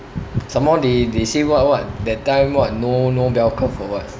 some more they they say what what that time what no no bell curve or what